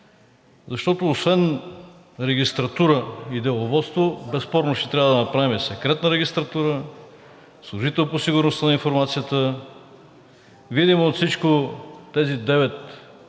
защото освен регистратура и деловодство, безспорно ще трябва да направим секретна регистратура, служител по сигурността на информацията. Видимо от всичко, тези деветима